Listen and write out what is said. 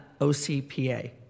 OCPA